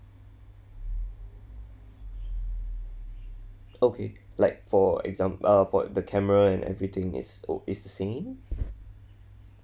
okay like for example uh for the camera and everything it's all is the same